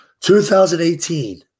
2018